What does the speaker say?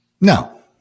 No